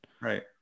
Right